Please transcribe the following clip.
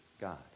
God